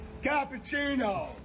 cappuccino